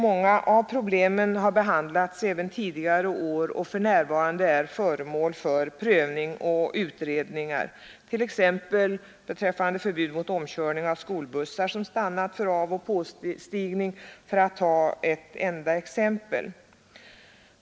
Många av problemen har behandlats även tidigare år och är föremål för prövning och utredning, t.ex. förbud mot omkörning av skolbussar som stannat för avoch påstigning, för att ta ett enda exempel.